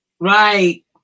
Right